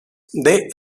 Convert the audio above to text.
they